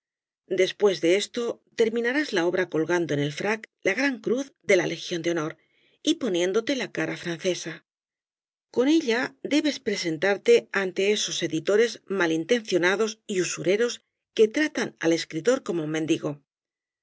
después de esto terminarás la obra colgando en el frac la gran cruz de la legión de honor y poniéndote la cara francesa con ella debes presentarte ante esos editores malintencionados y usureros que tratan al escritor como un mendigo tu